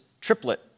triplet